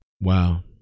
Wow